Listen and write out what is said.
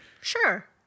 Sure